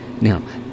Now